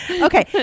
Okay